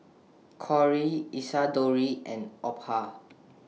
Cory Isadore and Opha